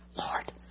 Lord